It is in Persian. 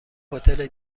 هتل